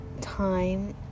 time